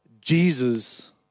Jesus